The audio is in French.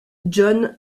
john